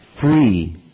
Free